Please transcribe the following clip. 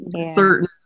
certain